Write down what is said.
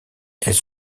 elles